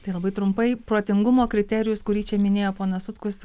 tai labai trumpai protingumo kriterijus kurį čia minėjo ponas sutkus